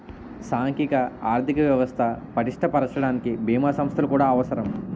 సాంఘిక ఆర్థిక వ్యవస్థ పటిష్ట పరచడానికి బీమా సంస్థలు కూడా అవసరం